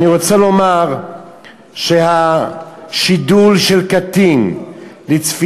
אני רוצה לומר ששידול של קטין לצפייה